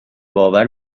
باور